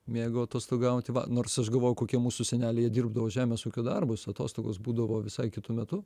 mėgo atostogauti va nors aš galvoju kokie mūsų seneliai jie dirbdavo žemės ūkio darbus atostogos būdavo visai kitu metu